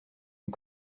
and